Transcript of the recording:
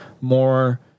more